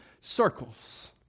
circles